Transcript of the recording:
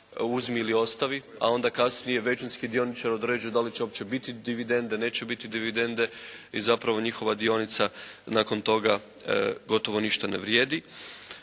uzmi ili ostavi, a onda kasnije većinski dioničar određuje da li će uopće biti dividende, neće biti dividende. I zapravo njihova dionica nakon toga gotovo ništa ne vrijedi.